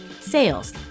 sales